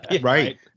Right